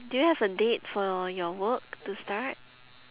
do you have a date for your work to start